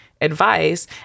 advice